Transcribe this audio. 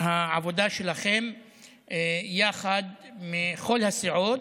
העבודה שלכם יחד, מכל הסיעות,